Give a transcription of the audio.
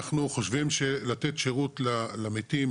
אנחנו חושבים שלתת שירות למתים,